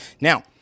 Now